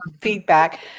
feedback